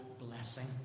blessing